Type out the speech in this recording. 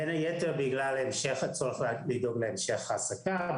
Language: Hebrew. בין היתר בגלל הצורך לדאוג להמשך העסקה,